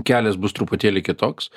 kelias bus truputėlį kitoks